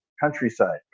countryside